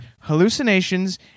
hallucinations